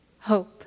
hope